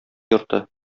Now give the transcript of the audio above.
йорты